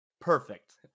perfect